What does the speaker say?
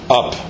up